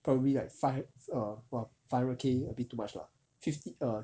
probably like five err about five hundred K a bit too much lah fifty err